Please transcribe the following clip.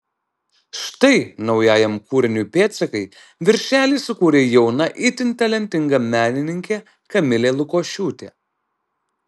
štai naujajam kūriniui pėdsakai viršelį sukūrė jauna itin talentinga menininkė kamilė lukošiūtė